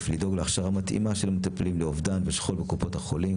לדאוג להכשרה מתאימה של מטפלים באובדן ושכול בקופות החולים.